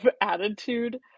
attitude